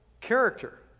character